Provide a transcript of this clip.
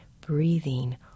breathing